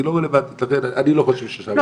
אני חושב שאם יוצרים שולחן עגול --- לא,